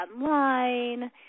online